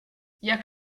jak